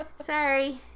Sorry